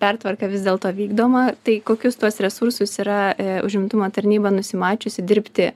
pertvarka vis dėlto vykdoma tai kokius tuos resursus yra užimtumo tarnyba nusimačiusi dirbti